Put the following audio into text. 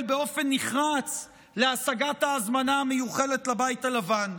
באופן נחרץ להשגת ההזמנה המיוחלת לבית הלבן.